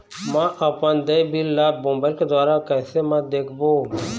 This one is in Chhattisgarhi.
म अपन देय बिल ला मोबाइल के द्वारा कैसे म देखबो?